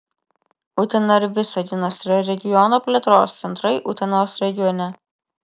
utena ir visaginas yra regiono plėtros centrai utenos regione